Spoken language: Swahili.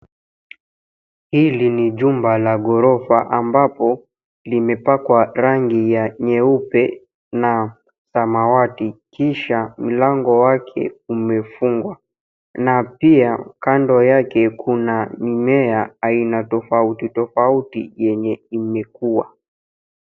Hili ni jumba la ghorofa ambapo limepakwa rangi ya nyeupe na samawati, kisha mlango wake umefungwa, na pia kando yake kuna mimea aina tofauti tofauti yenye imekua.